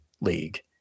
league